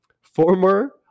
Former